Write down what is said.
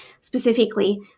specifically